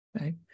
right